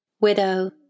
widow